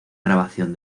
grabación